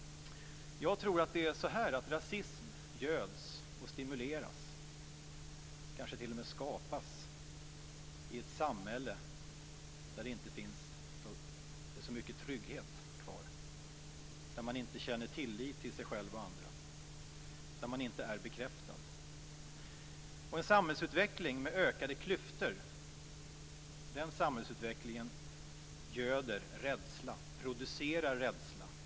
Jag tror att rasism göds, stimuleras och kanske t.o.m. skapas i ett samhälle där det inte finns så mycket trygghet kvar, där man inte känner tillit till sig själv och andra, där man inte är bekräftad. En samhällsutveckling med ökade klyftor göder rädsla, producerar rädsla.